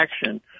action